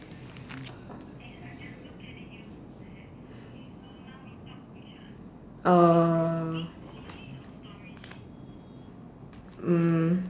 err mm